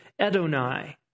Edonai